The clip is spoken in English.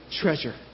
treasure